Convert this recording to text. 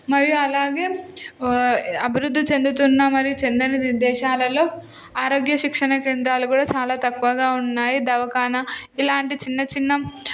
మరియు అలాగే అభివృద్ధి చెందుతున్న మరి చెందని దేశాలలో ఆరోగ్య శిక్షణ కేంద్రాలు కూడా చాలా తక్కువగా ఉన్నాయి దవాఖాన ఇలాంటి చిన్న చిన్న